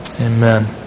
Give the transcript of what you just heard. Amen